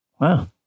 Wow